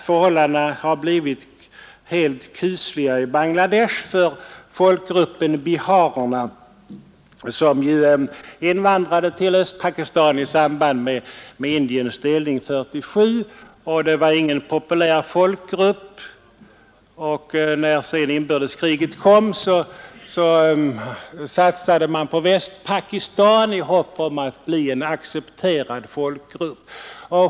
Förhållandena har som sagt blivit helt kusliga i Bangladesh för folkgruppen biharerna, som invandrade till Östpakistan i samband med Indiens delning 1947. Det var ingen populär folkgrupp, och när inbördeskriget kom satsade biharerna på Västpakistan i hopp om att bli accepterade.